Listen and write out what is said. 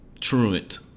Truant